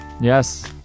Yes